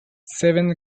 seven